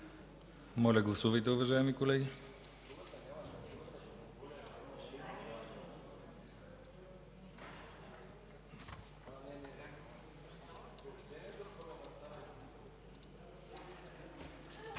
Моля, гласувайте, уважаеми колеги.